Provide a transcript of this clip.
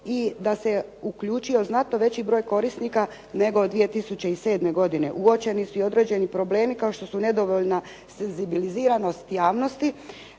i da se uključio znatno veći broj korisnika nego 2007. godine. Uočeni su i određeni problemi kao što su nedovoljna senzibiliziranost javnosti,